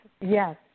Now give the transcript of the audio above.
Yes